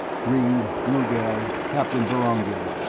ringg, rugel, captain vorongil.